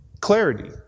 Clarity